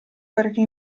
perché